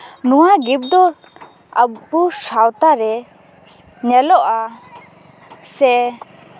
ᱱᱚᱣᱟ ᱜᱤᱯᱷᱴ ᱫᱚ ᱟᱵᱚ ᱥᱟᱶᱛᱟ ᱨᱮ ᱧᱮᱞᱚᱜᱼᱟ ᱥᱮ